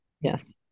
Yes